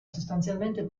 sostanzialmente